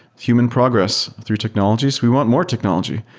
human progress through technologies. we want more technology,